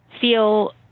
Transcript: feel